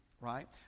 Right